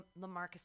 Lamarcus